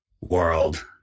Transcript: world